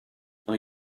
are